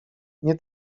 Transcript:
nie